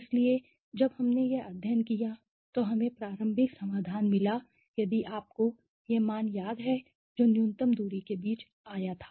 इसलिए जब हमने यह अध्ययन किया तो हमें प्रारंभिक समाधान मिला यदि आपको यह मान याद है जो न्यूनतम दूरी के बीच आया था